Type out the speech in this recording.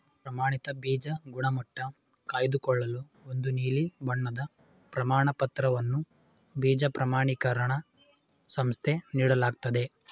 ಪ್ರಮಾಣಿತ ಬೀಜ ಗುಣಮಟ್ಟ ಕಾಯ್ದುಕೊಳ್ಳಲು ಒಂದು ನೀಲಿ ಬಣ್ಣದ ಪ್ರಮಾಣಪತ್ರವನ್ನು ಬೀಜ ಪ್ರಮಾಣಿಕರಣ ಸಂಸ್ಥೆ ನೀಡಲಾಗ್ತದೆ